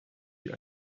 wie